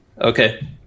Okay